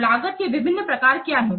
तो लागत के विभिन्न प्रकार क्या हैं